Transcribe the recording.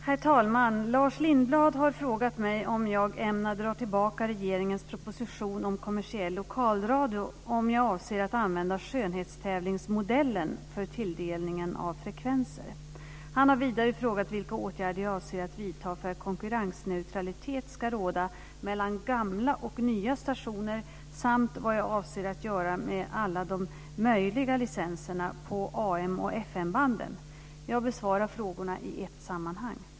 Herr talman! Lars Lindblad har frågat mig om jag ämnar dra tillbaka regeringens proposition om kommersiell lokalradio och om jag avser att använda skönhetstävlingsmodellen för tilldelningen av frekvenser. Han har vidare frågat vilka åtgärder jag avser att vidta för att konkurrensneutralitet ska råda mellan gamla och nya stationer samt vad jag avser att göra med alla de möjliga licenserna på AM och FM-banden. Jag besvarar frågorna i ett sammanhang.